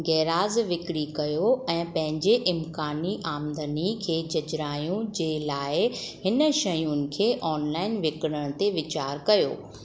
garage विकरी कयो ऐं पंहिंजी इमकानी आमदनी खे झझराइण जे लाई हिन शयुनि खे ऑनलाइन विकणण ते वीचारु कयो